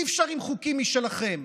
אי-אפשר עם חוקים משלכם.